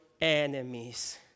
enemies